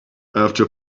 after